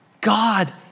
God